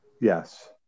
Yes